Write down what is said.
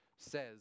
says